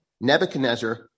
Nebuchadnezzar